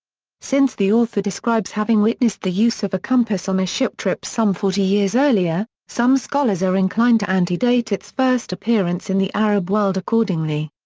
since the author describes having witnessed the use of a compass on a ship trip some forty years earlier, some scholars are inclined to antedate its first appearance in the arab world accordingly.